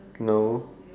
no